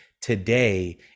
today